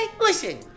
listen